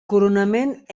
coronament